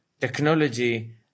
technology